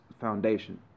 foundation